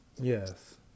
Yes